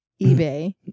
eBay